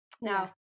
now